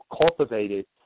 cultivated